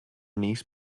niece